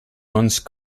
once